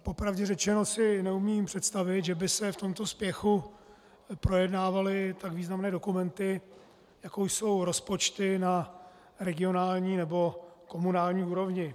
Po pravdě řečeno si neumím představit, že by se v tomto spěchu projednávaly tak významné dokumenty, jako jsou rozpočty na regionální nebo komunální úrovni.